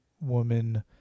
woman